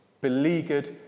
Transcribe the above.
beleaguered